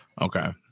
okay